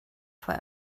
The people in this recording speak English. for